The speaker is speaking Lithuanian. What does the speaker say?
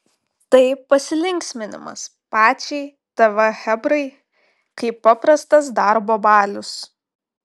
tai pasilinksminimas pačiai tv chebrai kaip paprastas darbo balius